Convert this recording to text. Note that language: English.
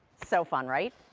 so fun, right?